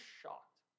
shocked